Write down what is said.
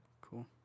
Cool